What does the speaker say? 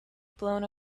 blown